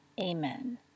Amen